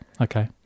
Okay